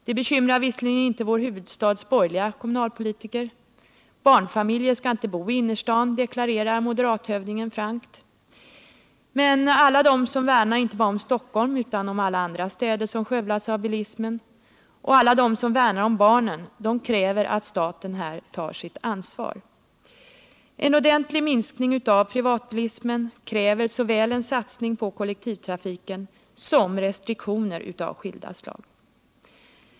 Det bekymrar visserligen inte vår huvudstads borgerliga kommunalpolitiker — ”barnfamiljer ska inte bo i innerstan”, deklarerar moderathövdingen frankt. Men alla de som värnar inte bara om Stockholm utan om alla andra städer som skövlats av bilismen och alla de som värnar om barnen, de kräver att staten här tar sitt ansvar. En ordentlig minskning av privatbilismen kräver såväl en satsning på kollektivtrafiken som restriktioner av skilda slag.